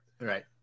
Right